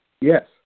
Yes